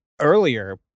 earlier